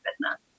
business